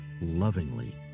lovingly